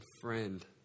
Friend